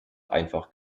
einfach